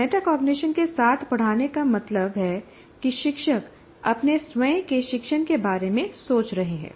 metacognition के साथ पढ़ाने का मतलब है कि शिक्षक अपने स्वयं के शिक्षण के बारे में सोच रहे हैं